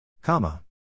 Comma